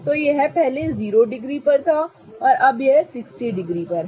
तो यह 0 डिग्री पर था अब यह 60 डिग्री पर है